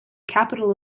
capital